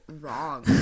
wrong